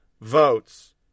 votes